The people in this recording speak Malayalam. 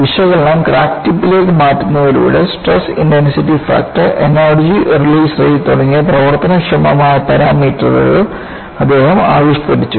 വിശകലനം ക്രാക്ക് ടിപ്പിലേക്ക് മാറ്റുന്നതിലൂടെ stress intensity factor energy release rate തുടങ്ങിയ പ്രവർത്തനക്ഷമമായ പാരാമീറ്ററുകൾ അദ്ദേഹം ആവിഷ്കരിച്ചു